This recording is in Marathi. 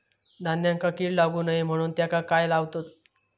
धान्यांका कीड लागू नये म्हणून त्याका काय लावतत?